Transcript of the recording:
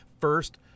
first